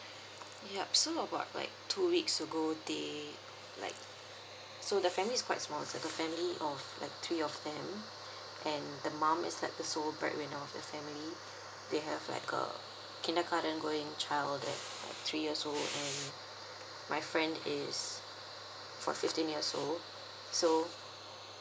yup so about like two weeks ago they like so the family is quite small it's like a family all of like three of them and the mum is like the sole bread winner of the family they have like a kindergarten going child that like three years old and my friend is for fifteen years old so